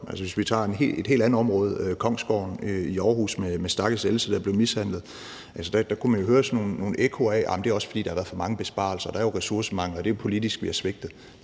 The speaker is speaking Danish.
Altså, hvis vi tager et helt andet område som Kongsgården i Aarhus med stakkels Else, der blev mishandlet, kunne man jo dér høre sådan nogle ekkoer af, at arh, det er også, fordi der har været for mange besparelser; der er jo ressourcemangel; og det er jo politisk, vi har svigtet.